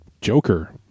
Joker